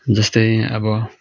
जस्तै अब